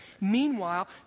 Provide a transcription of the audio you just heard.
Meanwhile